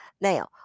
Now